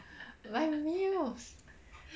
my meals